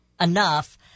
enough